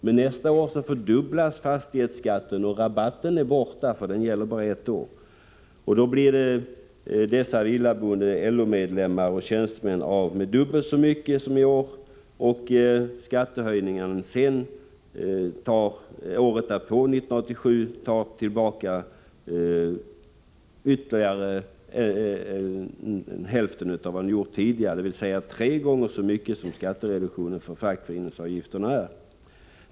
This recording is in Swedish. Men nästa år fördubblas fastighetsskatten, och då är skatterabatten borta — den gäller ju bara ett år. Därmed blir dessa villaboende LO-medlemmar och tjänstemän av med dubbelt så mycket pengar som i år. År 1987 tar således höjningen av fastighetsskatten tillbaka skattereduktionen för fackföreningsavgiften tre gånger om.